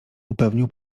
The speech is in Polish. upewnił